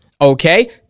Okay